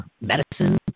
medicine